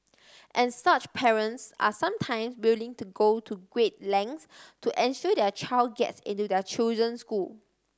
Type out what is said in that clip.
and such parents are sometimes willing to go to great lengths to ensure their child gets into their chosen school